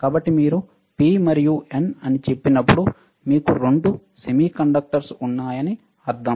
కాబట్టి మీరు P మరియు N అని చెప్పినప్పుడు మీకు రెండు సెమీకండక్టర్స్ ఉన్నాయని అర్థం